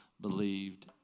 believed